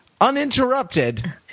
uninterrupted